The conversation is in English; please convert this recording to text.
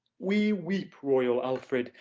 we weep, royal alfred,